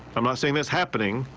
i'm not saying that's happening.